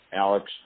Alex